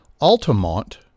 Altamont